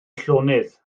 llonydd